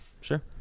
Sure